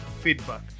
feedback